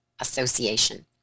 Association